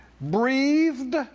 breathed